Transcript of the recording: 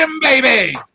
baby